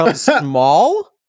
small